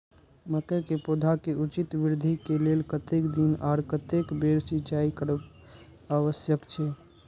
मके के पौधा के उचित वृद्धि के लेल कतेक दिन आर कतेक बेर सिंचाई करब आवश्यक छे?